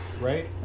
right